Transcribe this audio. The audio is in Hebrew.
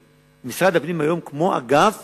היום משרד הפנים הוא כמו אגף